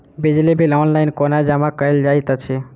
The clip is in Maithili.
बिजली बिल ऑनलाइन कोना जमा कएल जाइत अछि?